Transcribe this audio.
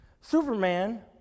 Superman